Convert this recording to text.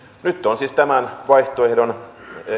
nyt on siis tämän vaihtoehdon